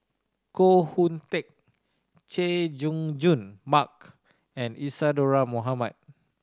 Koh Hoon Teck Chay Jung Jun Mark and Isadhora Mohamed